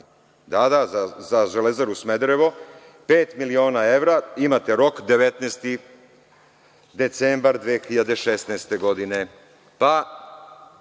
isto za „Železaru Smederevo“ pet miliona evra, imate rok 19. decembar 2016. godine,